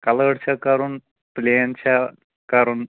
coloured چھا کَرُن پٕلین چھا کَرُن